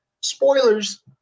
spoilers